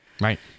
Right